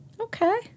okay